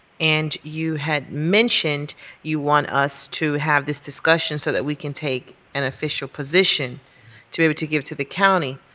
and you had mentioned you want us to have this discussion so we can take an official position to give to give to the county.